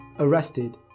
arrested